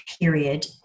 period